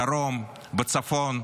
בדרום, בצפון,